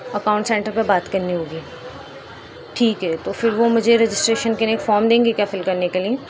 account center پہ بات کرنی ہوگی ٹھیک ہے تو پھر وہ مجھے رجسٹریشن کے لیے ایک فام دیں گے کیا فل کرنے کے لیے